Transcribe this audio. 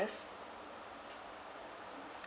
~est